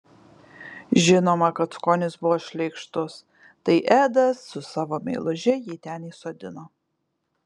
žinoma kad skonis buvo šleikštus tai edas su savo meiluže jį ten įsodino